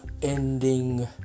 ending